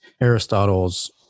Aristotle's